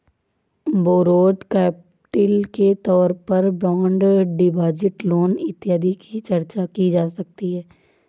borrowed capital के तौर पर बॉन्ड डिपॉजिट लोन इत्यादि की चर्चा की जा सकती है